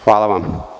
Hvala vam.